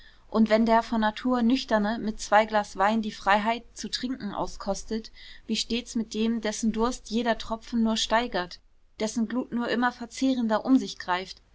und wenn der von natur nüchterne mit zwei glas wein die freiheit zu trinken auskostet wie steht's mit dem dessen durst jeder tropfen nur steigert dessen glut nur immer verzehrender um sich greift